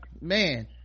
man